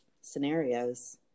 scenarios